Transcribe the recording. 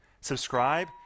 subscribe